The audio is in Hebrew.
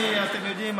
אתם יודעים,